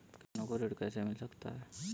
किसानों को ऋण कैसे मिल सकता है?